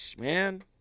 man